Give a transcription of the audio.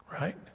Right